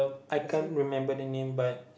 I can't remember the name but